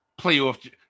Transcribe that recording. playoff